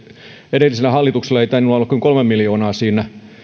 edellisellä hallituksella ei tainnut olla kuin kolme miljoonaa siinä